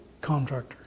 contractor